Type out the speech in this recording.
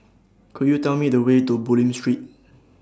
Could YOU Tell Me The Way to Bulim Street